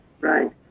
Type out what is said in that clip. Right